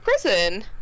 prison